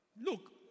Look